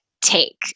take